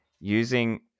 using